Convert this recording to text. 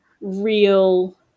real